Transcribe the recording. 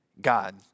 God